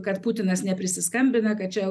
kad putinas neprisiskambina kad čia